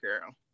girl